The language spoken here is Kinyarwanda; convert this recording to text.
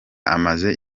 amaze